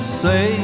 say